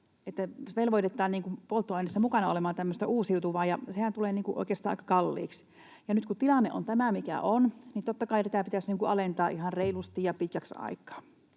että velvoitetaan polttoaineissa olemaan mukana tämmöistä uusiutuvaa, ja sehän tulee oikeastaan aika kalliiksi. Nyt kun tilanne on tämä, mikä on, niin totta kai tätä pitäisi alentaa ihan reilusti ja pitkäksi aikaa,